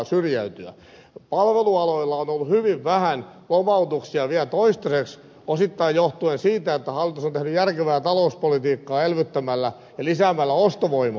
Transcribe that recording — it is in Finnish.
palvelualoilla on ollut hyvin vähän lomautuksia vielä toistaiseksi osittain johtuen siitä että hallitus on tehnyt järkevää talouspolitiikkaa elvyttämällä ja lisäämällä ostovoimaa